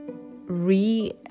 re